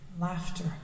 Laughter